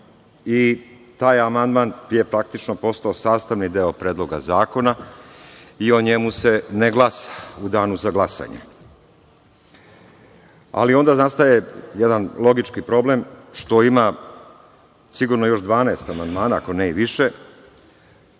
i taj amandman je praktično postao sastavni deo Predloga zakona i o njemu se ne glasa u danu za glasanje, ali onda nastaje jedan logički problem, jer ima, sigurno, još 12 amandmana, ako ne i više,